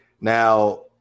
Now